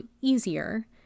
easier